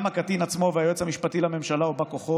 גם הקטין עצמו והיועץ המשפטי לממשלה או בא כוחו